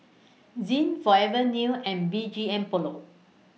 Zinc Forever New and B G M Polo